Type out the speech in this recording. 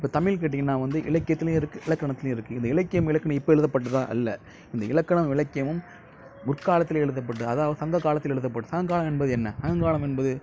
இப்போ தமிழ் கேட்டீங்கனா வந்து இலக்கியத்திலேயும் இருக்கு இலக்கணத்திலேயும் இருக்கு இந்த இலக்கியம் இலக்கணம் இப்போ எழுதப்பட்டதா அல்ல இந்த இலக்கணம் இலக்கியமும் முற்காலத்தில் எழுதப்பட்டது அதாவது சங்கக் காலத்தில் எழுதப்பட்டது சங்கக் காலம் என்பது என்ன சங்கக் காலம் என்பது